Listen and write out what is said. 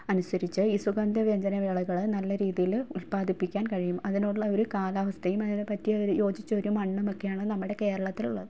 അനുസരിച്ച് ഈ സുഗന്ധവ്യഞ്ജന വിളകൾ നല്ല രീതിയിൽ ഉൽപ്പാദിപ്പിക്കാൻ കഴിയും അതിനുള്ള ഒരു കാലാവസ്ഥയും അതിന് പറ്റിയൊരു യോജിച്ച ഒരു മണ്ണും ഒക്കെയാണ് നമ്മുടെ കേരളത്തിലുള്ളത്